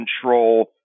control